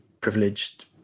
privileged